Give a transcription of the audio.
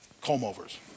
comb-overs